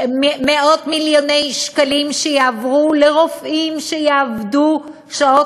מאות-מיליוני שקלים שיעברו לרופאים שיעבדו שעות